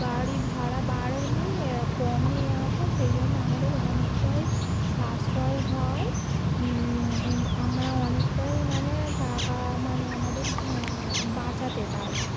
গাড়ি ভাড়া বাড়েনি কমই আছে সেই জন্য আমাদের অনেকটাই সাশ্রয় হয় এ আমরা অনেকটাই মানে টাকা মানে আমাদের বাঁচাতে পারি